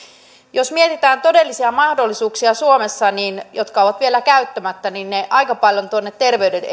jos mietitään todellisia mahdollisuuksia suomessa jotka ovat vielä käyttämättä niin ne aika paljon tuonne terveyden